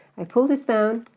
i pull this down,